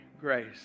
grace